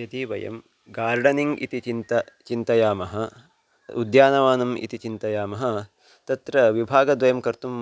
यदि वयं गार्डनिङ्ग् इति चिन्तनं चिन्तयामः उद्यानवनम् इति चिन्तयामः तत्र विभागद्वयं कर्तुं